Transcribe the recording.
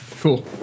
Cool